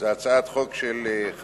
להצעת חוק לתיקון פקודת האגודות השיתופיות